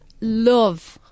love